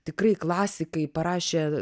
tikrai klasikai parašę